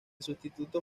sustituto